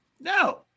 No